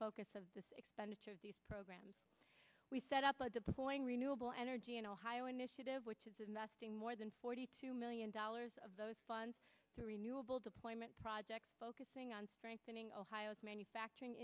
focus of the expenditure of these programs we set up a deploying renewable energy in ohio initiative which is investing more than forty two million dollars of those funds to renewable deployment projects focusing on strengthening ohio's manufacturing